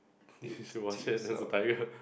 she as a tiger